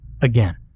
Again